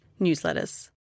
newsletters